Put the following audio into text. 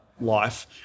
Life